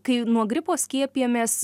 kai nuo gripo skiepijamės